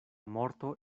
morto